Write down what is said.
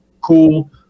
cool